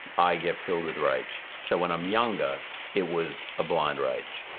i get filled with rage. so when i'm younger it was a blind rage.